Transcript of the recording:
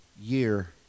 year